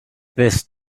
this